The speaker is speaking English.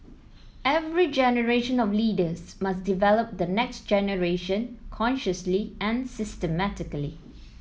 every generation of leaders must develop the next generation consciously and systematically